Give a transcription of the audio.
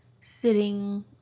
sitting